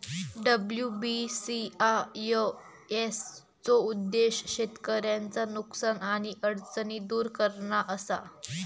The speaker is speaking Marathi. डब्ल्यू.बी.सी.आय.एस चो उद्देश्य शेतकऱ्यांचा नुकसान आणि अडचणी दुर करणा असा